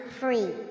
free